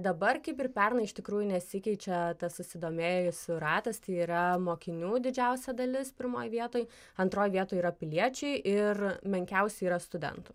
dabar kaip ir pernai iš tikrųjų nesikeičia tas susidomėjusių ratas tai yra mokinių didžiausia dalis pirmoj vietoj antroj vietoj yra piliečiai ir menkiausiai yra studentų